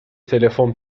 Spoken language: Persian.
تلفن